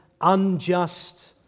unjust